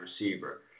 receiver